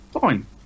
Fine